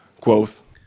Quoth